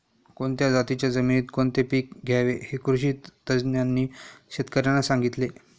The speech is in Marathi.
कोणत्या जातीच्या जमिनीत कोणते पीक घ्यावे हे कृषी तज्ज्ञांनी शेतकर्यांना सांगितले